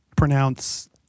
Pronounce